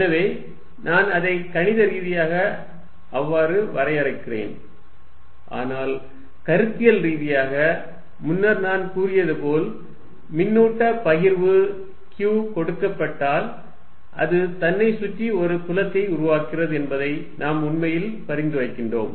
எனவே நான் அதை கணித ரீதியாக அவ்வாறு வரையறுக்கிறேன் ஆனால் கருத்தியல் ரீதியாக முன்னர் நான் கூறியது போல் மின்னூட்ட பகிர்வு q கொடுக்கப்பட்டால் அது தன்னைச் சுற்றி ஒரு புலத்தை உருவாக்குகிறது என்பதை நாம் உண்மையில் பரிந்துரைக்கிறோம்